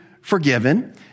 forgiven